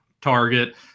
target